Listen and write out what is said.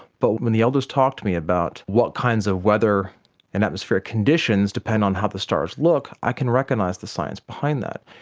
but when the elders talk to me about what kinds of weather and atmospheric conditions depend on how the stars look, i can recognise the science behind that.